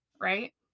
right